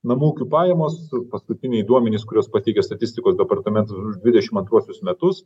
namų ūkių pajamos paskutiniai duomenys kuriuos pateikia statistikos departamentas už dvidešim antruosius metus